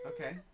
Okay